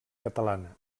catalana